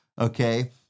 Okay